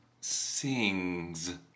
sings